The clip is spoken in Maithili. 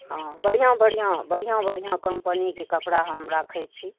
हँ बढ़िआँ बढ़िआँ बढ़िआँ बढ़िआँ कम्पनीके कपड़ा हम राखै छी